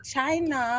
China